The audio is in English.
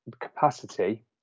capacity